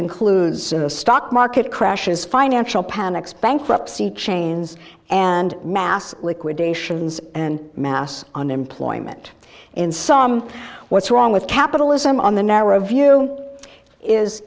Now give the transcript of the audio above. includes the stock market crashes financial panics bankruptcy chains and mass liquidations and mass unemployment in some what's wrong with capitalism on the narrow view is